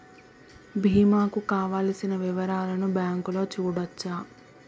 బీమా కు కావలసిన వివరాలను బ్యాంకులో చూడొచ్చా?